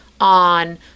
on